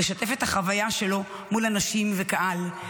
לשתף את החוויה שלו מול אנשים וקהל,